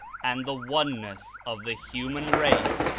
and the oneness of the human race,